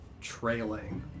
trailing